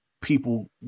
people